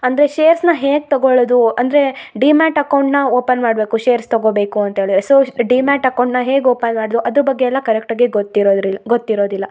ಅಂದರೆ ಶೇರ್ಸ್ನ ಹೇಗೆ ತಗೊಳದು ಅಂದರೆ ಡಿಮ್ಯಾಟ್ ಅಕೌಂಟ್ನ ಓಪನ್ ಮಾಡಬೇಕು ಶೇರ್ಸ್ ತಗೊಬೇಕು ಅಂತ ಹೇಳಿ ಸೊ ಡಿಮ್ಯಾಟ್ ಅಕೌಂಟ್ನ ಹೇಗೆ ಓಪನ್ ಮಾಡದು ಅದ್ರ ಬಗ್ಗೆ ಎಲ್ಲ ಕರೆಕ್ಟಾಗಿ ಗೊತ್ತಿರೋದ್ರಿ ಗೊತ್ತಿರೋದಿಲ್ಲ